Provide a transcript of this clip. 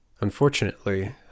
Unfortunately